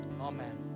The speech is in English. amen